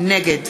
נגד